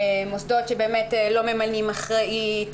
מוסדות שלא ממנים אחראית,